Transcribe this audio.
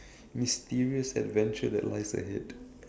mysterious adventure that lies ahead